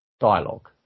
dialogue